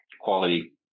quality